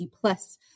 plus